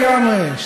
המשותפת לגמרי.